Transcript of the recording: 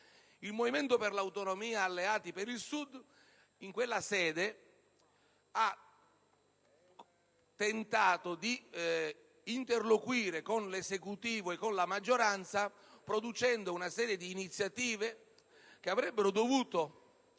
Il Movimento per le Autonomie-Alleati per il Sud in quella sede ha tentato di interloquire con l'Esecutivo e con la maggioranza, producendo una serie di iniziative che avrebbero dovuto,